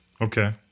okay